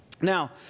Now